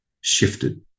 shifted